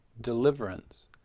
deliverance